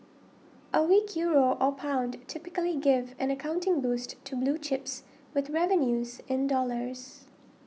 a weak Euro or pound typically give an accounting boost to blue chips with revenues in dollars